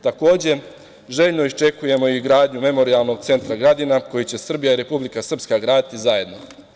Takođe, željno iščekujemo i gradnju Memorijalnog centra „Gradina“ koji će Srbija i Republika Srpska graditi zajedno.